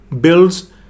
builds